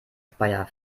speyer